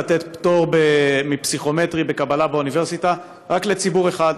לתת פטור מפסיכומטרי בקבלה לאוניברסיטה רק לציבור אחד,